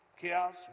Chaos